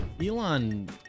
Elon